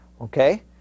okay